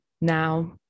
now